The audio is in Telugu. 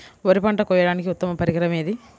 వరి పంట కోయడానికి ఉత్తమ పరికరం ఏది?